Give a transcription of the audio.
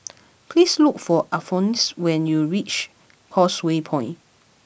please look for Alphonse when you reach Causeway Point